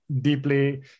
deeply